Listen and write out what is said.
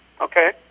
Okay